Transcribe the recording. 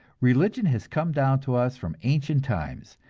religion has come down to us from ancient times,